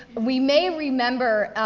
we may remember,